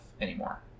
anymore